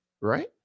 right